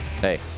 Hey